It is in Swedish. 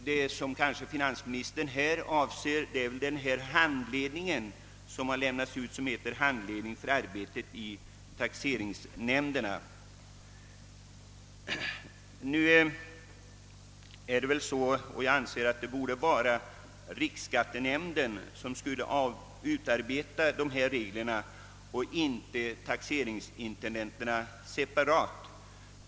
Men vad finansministern här avser är väl den handledning för arbetet i taxeringsnämnderna som har delats ut. Jag anser att riksskattenämnden skulle utarbeta dessa regler och inte taxeringsintendenterna separat.